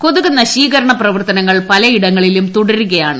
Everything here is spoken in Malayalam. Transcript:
കൊതുക് നശീകരണ പ്രവർത്തനങ്ങൾ പലയിടങ്ങളിലും തുടരുകയാണ്